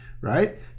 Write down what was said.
right